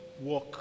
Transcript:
work